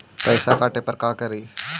पैसा काटे पर का करि?